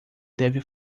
deve